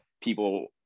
people